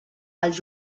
als